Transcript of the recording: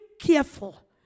careful